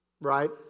right